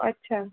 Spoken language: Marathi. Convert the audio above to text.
अच्छा